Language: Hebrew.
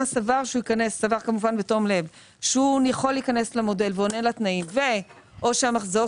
סבר בתום לב שהוא יכול להיכנס למודל ועונה לתנאים ואו שהמחזור